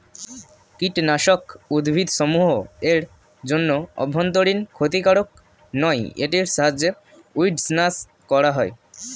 কীটনাশক উদ্ভিদসমূহ এর জন্য অভ্যন্তরীন ক্ষতিকারক নয় এটির সাহায্যে উইড্স নাস করা হয়